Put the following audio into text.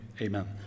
amen